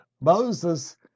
Moses